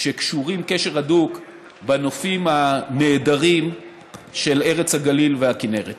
שקשורים קשר הדוק בנופים הנהדרים של ארץ הגליל והכינרת.